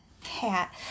hat